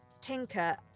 Tinker